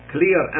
Clear